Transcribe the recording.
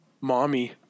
Mommy